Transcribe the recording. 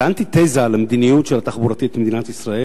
זה אנטיתזה למדיניות התחבורתית במדינת ישראל